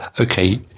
Okay